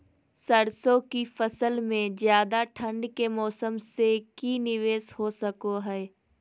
सरसों की फसल में ज्यादा ठंड के मौसम से की निवेस हो सको हय?